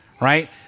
right